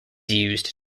used